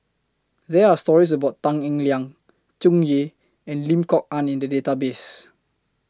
There Are stories about Tan Eng Liang Tsung Yeh and Lim Kok Ann in The Database